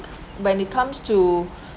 when it comes to